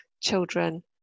children